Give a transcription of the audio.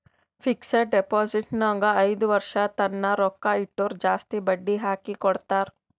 fixed deposit ನಾಗ್ ಐಯ್ದ ವರ್ಷ ತನ್ನ ರೊಕ್ಕಾ ಇಟ್ಟುರ್ ಜಾಸ್ತಿ ಬಡ್ಡಿ ಹಾಕಿ ಕೊಡ್ತಾರ್